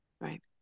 Right